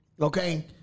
Okay